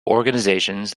organizations